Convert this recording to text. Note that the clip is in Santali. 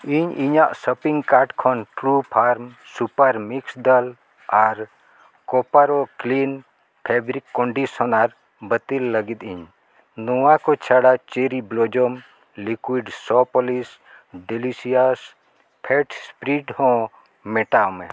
ᱤᱧ ᱤᱧᱟᱹᱜ ᱥᱚᱯᱤᱝ ᱠᱟᱨᱰ ᱠᱷᱚᱱ ᱴᱨᱩᱯᱷᱟᱨᱢ ᱥᱩᱯᱟᱨ ᱢᱤᱠᱥ ᱫᱟᱞ ᱟᱨ ᱠᱳᱯᱟᱨᱚ ᱠᱞᱤᱱ ᱯᱷᱮᱵᱨᱤᱠ ᱠᱚᱱᱰᱤᱥᱚᱱᱟᱨ ᱵᱟᱹᱛᱤᱞ ᱞᱟᱹᱜᱤᱫ ᱤᱧ ᱱᱚᱣᱟ ᱪᱷᱟᱲᱟ cherry blossom liquid polish delicious fat spread ᱦᱚᱸ ᱢᱮᱴᱟᱣ ᱢᱮ